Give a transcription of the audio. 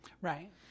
Right